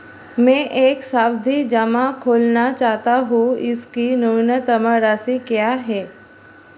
मैं एक सावधि जमा खोलना चाहता हूं इसकी न्यूनतम राशि क्या है?